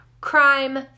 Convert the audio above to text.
Crime